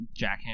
jackhammer